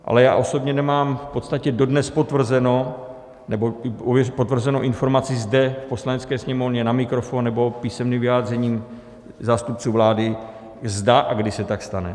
Ale já osobně nemám v podstatě dodnes potvrzenou informaci zde v Poslanecké sněmovně na mikrofon nebo písemným vyjádřením zástupců vlády, zda a kdy se tak stane.